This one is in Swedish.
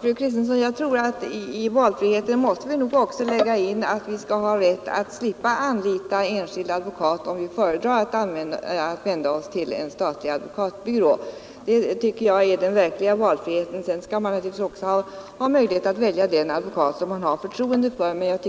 Herr talman! Jag tror, fru Kristensson, att vi i valfriheten nog också måste lägga in att vi skall ha rätt att slippa anlita enskild advokat om vi föredrar att vända oss till en statlig advokatbyrå. Det tycker jag är den verkliga valfriheten. Sedan skall man naturligtvis också ha möjlighet att välja den advokat som man har förtroende för, men